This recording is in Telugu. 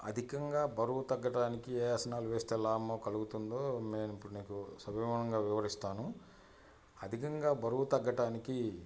అధికంగా బరువు తగ్గడానికి ఏ ఆసనాలు వేస్తే లాభం కలుగుతుందో మేను ఇప్పుడు నీకు సవివరంగా వివరిస్తాను అధికంగా బరువు తగ్గటానికి